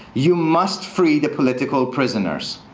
you must free the political prisoners.